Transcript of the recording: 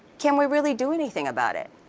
can we really do anything about it?